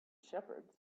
shepherds